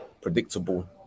predictable